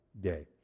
day